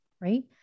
right